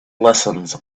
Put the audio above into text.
lessons